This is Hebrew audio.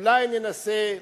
אולי ננסה,